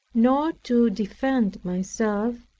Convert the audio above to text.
nor to defend myself,